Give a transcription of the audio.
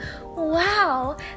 Wow